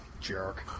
Jerk